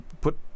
put